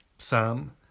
Sam